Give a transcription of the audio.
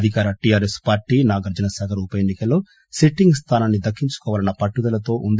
అధికార TRS party Nagarjuna Sagar ఉప ఎన్నికలో సిట్టింగ్ స్థానాన్ని దక్కించుకోవాలన్న పట్ణుదలతో ఉంది